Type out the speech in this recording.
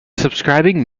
subscribing